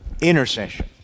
Intercession